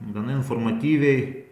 gana informatyviai